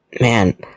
man